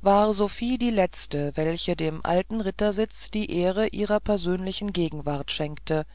war sophie die letzte welche dem alten rittersitz die ehre ihrer persönlichen gegenwart schenkte